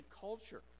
culture